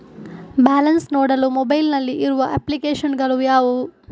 Balance ನೋಡಲು mobile ನಲ್ಲಿ ಇರುವ ಅಪ್ಲಿಕೇಶನ್ ಗಳು ಯಾವುವು?